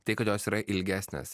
tai kad jos yra ilgesnės